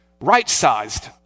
right-sized